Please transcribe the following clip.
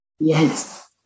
Yes